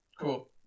Cool